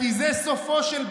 כי זה סופו של בדאי,